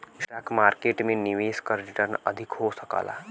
stock market में निवेश क रीटर्न अधिक हो सकला